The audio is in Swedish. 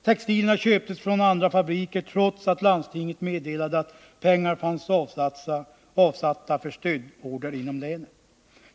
Textilierna köptes från andra fabriker, trots att landstinget meddelade att pengar fanns avsatta för stödorder inom länet.